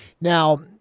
Now